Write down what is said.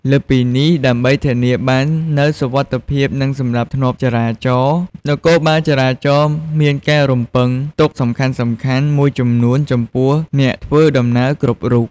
លើសពីនេះ ដើម្បីធានាបាននូវសុវត្ថិភាព និងសណ្តាប់ធ្នាប់ចរាចរណ៍ នគរបាលចរាចរណ៍មានការរំពឹងទុកសំខាន់ៗមួយចំនួនចំពោះអ្នកធ្វើដំណើរគ្រប់រូប។